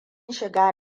shiga